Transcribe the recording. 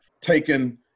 taken